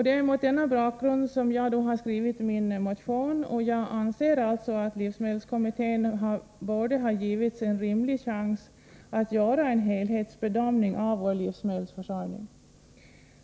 Det är mot denna bakgrund som jag har skrivit min motion, och jag anser alltså att livsmedelskommittén borde ha givits en rimlig chans att göra en helhetsbedömning av vår livsmedelsförsörjning.